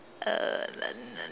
uh